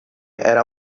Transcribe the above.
era